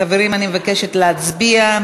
חברים, אני מבקשת להצביע.